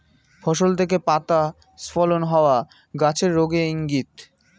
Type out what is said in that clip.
ফসল থেকে পাতা স্খলন হওয়া গাছের রোগের ইংগিত